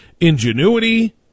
ingenuity